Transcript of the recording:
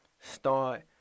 Start